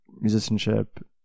musicianship